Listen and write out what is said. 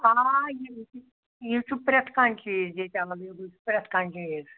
آ یہِ چھُ یہِ چھُ پرٛتھ کانٛہہ چیٖز ییٚتہِ ایٚویلیبُل چھُ پرٛتھ کانٛہہ چیٖز